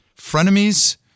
frenemies